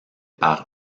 par